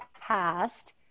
past